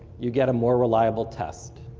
you get a more reliable test.